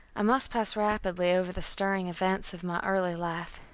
i must pass rapidly over the stirring events of my early life.